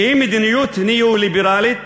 שהיא מדיניות ניאו-ליברלית